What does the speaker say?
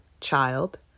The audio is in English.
child